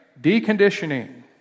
Deconditioning